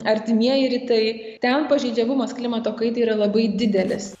artimieji rytai ten pažeidžiamumas klimato kaitai yra labai didelis